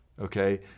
okay